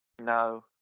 No